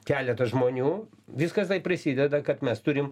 keletą žmonių viskas taip prisideda kad mes turim